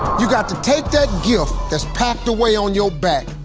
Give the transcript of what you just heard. you got to take that gift that's packed away on your back,